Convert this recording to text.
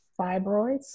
fibroids